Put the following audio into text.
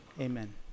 Amen